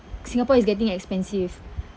Singapore is getting expensive